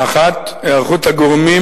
האחת, היערכות הגורמים